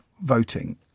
voting